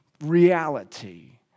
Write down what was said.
reality